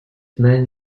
meant